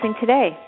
today